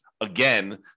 again